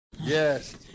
Yes